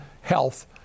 Health